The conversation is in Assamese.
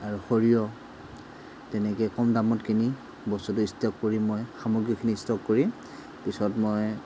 আৰু সৰিয়হ তেনেকৈ কম দামত কিনি বস্তুটো ষ্টক কৰি মই সামগ্ৰীখিনি ষ্টক কৰি পিছত মই